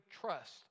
trust